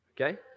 okay